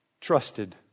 trusted